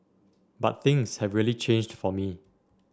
but things have really changed for me